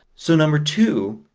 so number two.